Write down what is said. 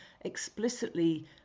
explicitly